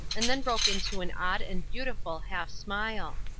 and then broke into an odd and beautiful half-smile.